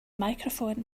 microphone